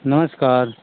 नमस्कार